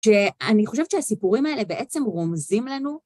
שאני חושבת שהסיפורים האלה בעצם רומזים לנו.